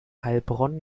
heilbronn